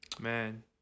Man